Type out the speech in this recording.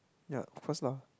ya of course lah